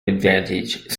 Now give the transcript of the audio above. advantage